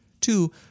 Two